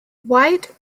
white